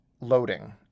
loading